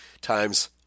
times